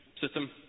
System